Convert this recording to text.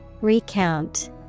Recount